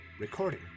Recording